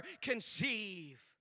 conceive